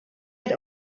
had